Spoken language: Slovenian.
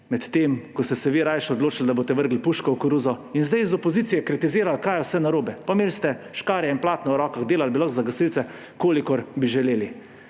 Medtem ko ste se vi rajši odločili, da boste vrgli puško v koruzo in zdaj iz opozicije kritizirali, kaj vse je narobe. Imeli ste škarje in platno v rokah, delali bi lahko za gasilce, kolikor bi želeli.